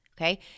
okay